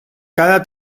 cada